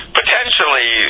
potentially